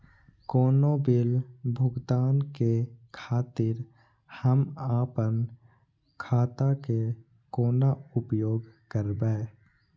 कोनो बील भुगतान के खातिर हम आपन खाता के कोना उपयोग करबै?